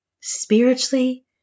Spiritually